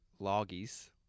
loggies